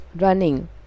running